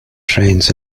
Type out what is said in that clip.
trains